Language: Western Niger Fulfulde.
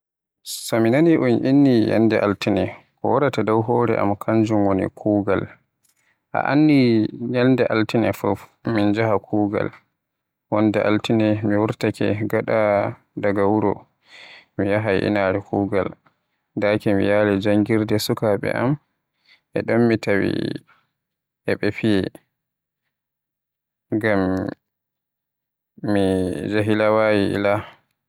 So mi naani un inni nyalde Altine, ko waraata dow hore am kanjum woni kuuugal. A anndi nyalde altine fuf min jaaha kuugal. Wonde Altine mi wurtaake daga wuro mi yahay inaare kuugal, daaki mi yali janngirde sukaɓe am, e don mi tawi e ɓe fiye, ngam me njahilaawayi ila.